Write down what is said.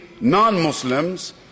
non-Muslims